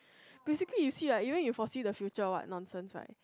basically you see like even you foresee the future or what nonsense right